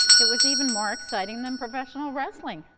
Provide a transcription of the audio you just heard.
it was even more exciting than professional wrestling.